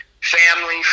family